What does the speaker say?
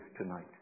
tonight